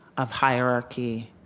of hierarchy,